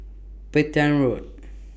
Petain Road